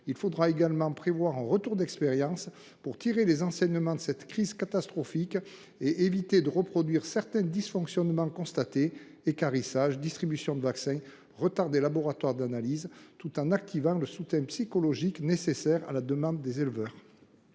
enfin de prévoir un retour d’expérience pour tirer les enseignements de cette crise catastrophique et éviter de reproduire certains dysfonctionnements constatés – équarrissage, distribution des vaccins, retard des laboratoires d’analyse –, tout en mettant en place le soutien psychologique que les éleveurs